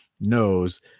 knows